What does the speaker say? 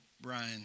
Brian